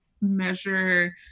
measure